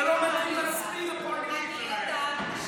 זה לא מתאים לספין הפוליטי שלהם.